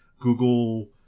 Google